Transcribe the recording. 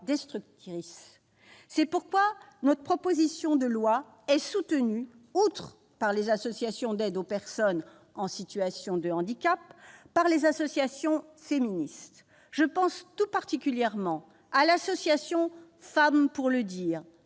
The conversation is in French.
destructrices. C'est pourquoi notre proposition de loi est soutenue non seulement par les associations d'aide aux personnes en situation de handicap, mais aussi par les associations féministes. Je pense tout particulièrement à l'association Femmes pour le dire,